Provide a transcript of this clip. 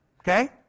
Okay